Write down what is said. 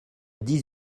dix